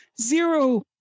Zero